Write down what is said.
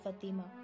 Fatima